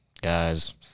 guys